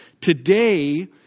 today